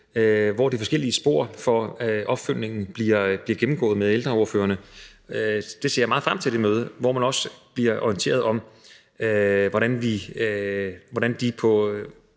hvor de forskellige spor for opfølgningen bliver gennemgået med ældreordførerne. Jeg ser meget frem til det møde. Der bliver man også orienteret om, hvordan de